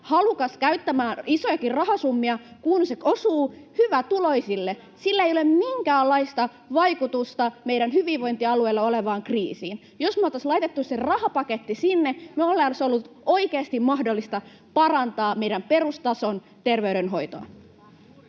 halukas käyttämään isojakin rahasummia, kun se osuu hyvätuloisille. Sillä ei ole minkäänlaista vaikutusta meidän hyvinvointialueilla olevaan kriisiin. Jos me oltaisiin laitettu se rahapaketti sinne, meidän olisi ollut oikeasti mahdollista parantaa meidän perustason terveydenhoitoa.